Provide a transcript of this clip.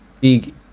big